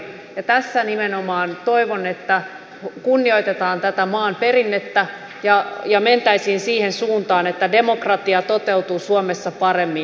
tässä nimenomaan toivon että kunnioitetaan tätä maan perinnettä ja mentäisiin siihen suuntaan että demokratia toteutuu suomessa paremmin